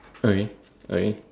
sorry sorry